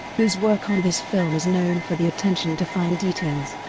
whose work on this film is known for the attention to fine details